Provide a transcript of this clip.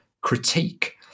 critique